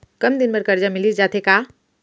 कम दिन बर करजा मिलिस जाथे का?